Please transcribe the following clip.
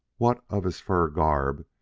what of his fur garb,